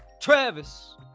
Travis